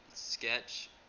Sketch